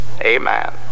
Amen